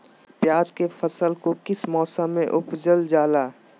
प्याज के फसल को किस मौसम में उपजल जाला?